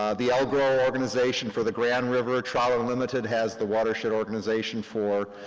um the ah lgrow organization for the grand river, trout unlimited has the watershed organization for